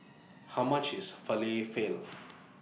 How much IS Falafel